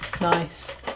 Nice